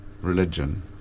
religion